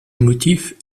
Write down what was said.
motifs